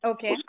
Okay